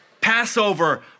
Passover